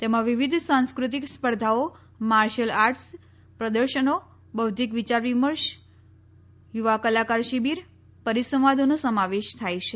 તેમાં વિવિધ સાંસ્કૃતિક સ્પર્ધાઓ માર્શલ આર્ટસ પ્રદર્શનો બૌઘ્ઘિક વિચાર વિમર્શ યુવા કલાકાર શિબીર પરીસંવાદોનો સમાવેશ થાય છે